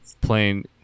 playing